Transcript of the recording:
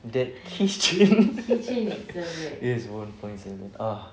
that keychain is one point seven ah